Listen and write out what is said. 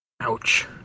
Ouch